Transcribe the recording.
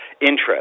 interest